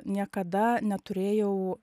niekada neturėjau